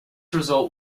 result